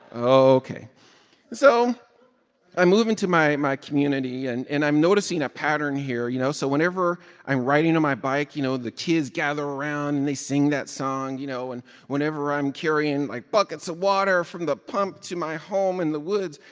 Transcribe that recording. ok so i move into my my community. and and i'm noticing a pattern here, you know? so whenever i'm riding on my bike, you know, the kids gather around. and they sing that song. you know, and whenever i'm carrying, like, buckets of water from the pump to my home in the woods,